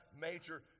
major